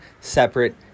separate